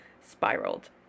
spiraled